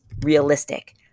realistic